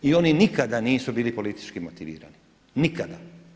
I oni nikada nisu bili politički motivirani, nikada.